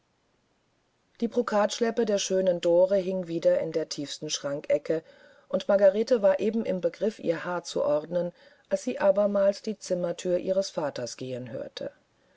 die brokatschleppe der schönen dore hing wieder in der tiefsten schrankecke und margarete war eben im begriff ihr haar zu ordnen als sie abermals die zimmerthür ihres vaters gehen hörte